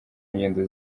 ngendo